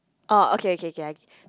oh okay okay okay I